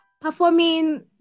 performing